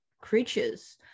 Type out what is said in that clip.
creatures